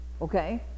okay